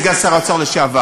סגן שר האוצר לשעבר.